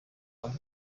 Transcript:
come